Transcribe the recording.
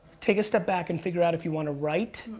take a step back and figure out if you want to write,